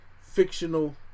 fictional